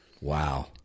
Wow